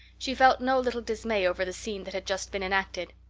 she felt no little dismay over the scene that had just been enacted.